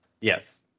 Yes